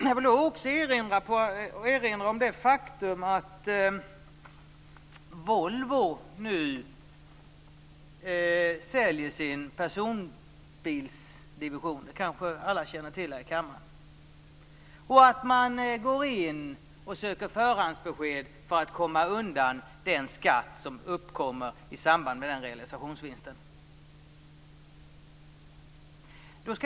Jag vill också erinra om det faktum att Volvo säljer sin personbilsdivision - det kanske alla i kammaren känner till. Volvo söker förhandsbesked för att komma undan den skatt som kommer att uppkomma i samband med realisationsvinsten.